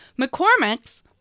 McCormick's